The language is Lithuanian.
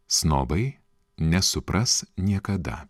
snobai nesupras niekada